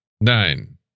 nine